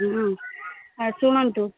ହୁଁ ଆଉ ଶୁଣନ୍ତୁ